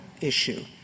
issue